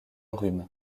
rhume